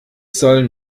soll